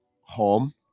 home